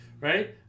right